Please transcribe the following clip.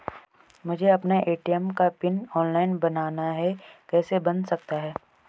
मुझे अपना ए.टी.एम का पिन ऑनलाइन बनाना है कैसे बन सकता है?